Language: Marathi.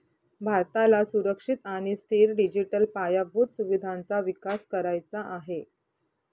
भारताला सुरक्षित आणि स्थिर डिजिटल पायाभूत सुविधांचा विकास करायचा आहे